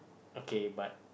okay but